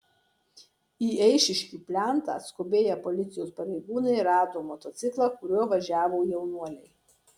į eišiškių plentą atskubėję policijos pareigūnai rado motociklą kuriuo važiavo jaunuoliai